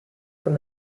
from